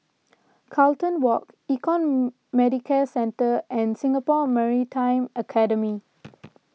Carlton Walk Econ Medicare Centre and Singapore Maritime Academy